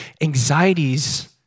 anxieties